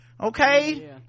Okay